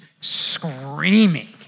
screaming